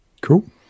Cool